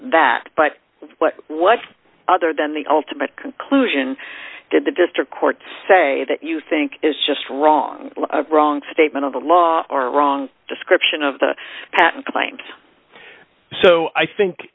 that but what other than the ultimate conclusion did the district court say that you think is just wrong wrong statement of the law are wrong description of the patent claims so i think